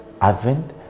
Advent